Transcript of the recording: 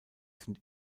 sind